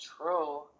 true